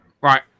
right